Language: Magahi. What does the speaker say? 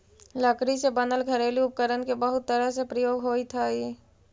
लकड़ी से बनल घरेलू उपकरण के बहुत तरह से प्रयोग होइत हइ